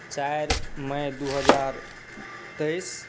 चारि मई दू हजार तेइस